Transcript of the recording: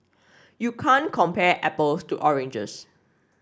you can't compare apples to oranges